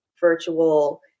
virtual